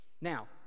Now